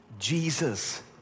Jesus